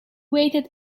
waited